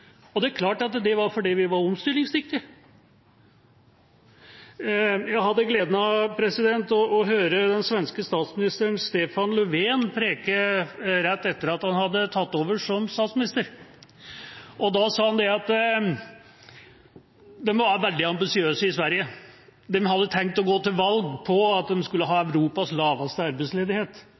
regjering. Det er klart at det var fordi vi var omstillingsdyktige. Jeg hadde gleden av å høre den svenske statsministeren, Stefan Löfven, rett etter at han hadde tatt over som statsminister. Han sa – de må være veldig ambisiøse i Sverige – at de hadde tenkt å gå til valg på at de skulle ha Europas laveste arbeidsledighet.